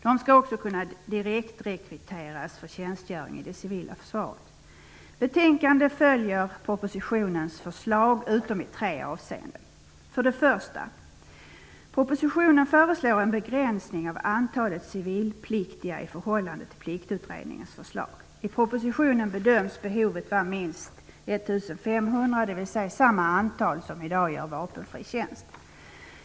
De skall också kunna direktrekryteras för tjänstgöring i det civila försvaret. Betänkandet följer propositionens förslag utom i tre avseenden. För det första. Propositionen föreslår en begränsning av antalet civilpliktiga i förhållande till Pliktutredningens förslag. I propositionen bedöms behovet vara minst 1 500, dvs. samma antal som i dag gör vapenfri tjänst.